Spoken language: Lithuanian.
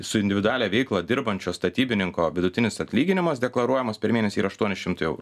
su individualią veiklą dirbančio statybininko vidutinis atlyginimas deklaruojamas per mėnesį yra aštuoni šimtai eurų